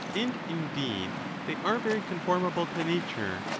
and indeed they are very conformable to nature,